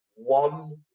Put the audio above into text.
One